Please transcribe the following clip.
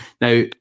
Now